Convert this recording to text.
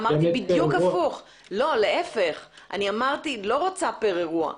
אמרתי שלא רוצה פר אירוע.